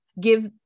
give-